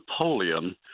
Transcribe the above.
Napoleon